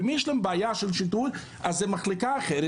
ואם יש להם בעיה של שיטור אז זו מחלקה אחרת